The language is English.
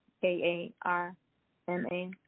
K-A-R-M-A